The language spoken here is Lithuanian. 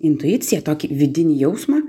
intuicija tokį vidinį jausmą